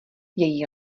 její